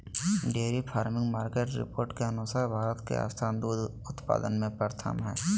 dairy farming market report के अनुसार भारत के स्थान दूध उत्पादन में प्रथम हय